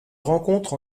rencontre